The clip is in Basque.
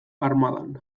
armadan